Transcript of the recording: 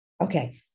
Okay